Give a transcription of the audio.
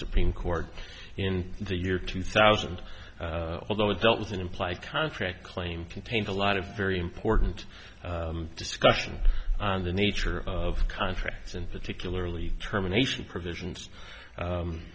supreme court in the year two thousand although it dealt with an implied contract claim contains a lot of very important discussion on the nature of contracts and particularly terminations provisions